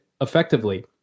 effectively